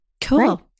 Cool